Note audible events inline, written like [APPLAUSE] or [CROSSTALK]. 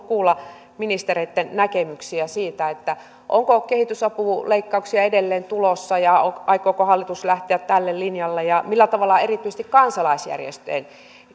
[UNINTELLIGIBLE] kuulla ministereitten näkemyksiä siitä onko kehitysapuleikkauksia edelleen tulossa ja aikooko hallitus lähteä tälle linjalle ja millä tavalla erityisesti kansalaisjärjestöjen